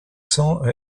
cents